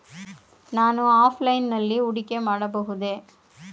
ನಾವು ಆಫ್ಲೈನ್ ನಲ್ಲಿ ಹೂಡಿಕೆ ಮಾಡಬಹುದೇ?